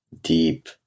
deep